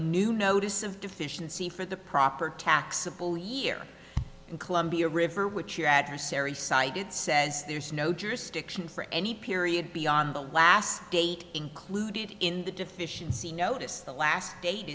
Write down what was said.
new notice of deficiency for the proper taxable year in columbia river which your adversary cited says there's no jurisdiction for any period beyond the last date included in the deficiency notice the last date